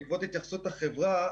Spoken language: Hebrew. בעקבות התייחסות החברה,